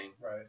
Right